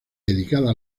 dedicada